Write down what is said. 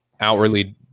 outwardly